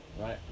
right